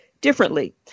Differently